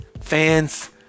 fans